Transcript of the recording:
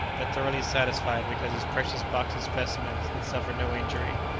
but thoroughly satisfied because his precious box of specimens had suffered no injury.